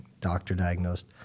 doctor-diagnosed